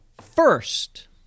First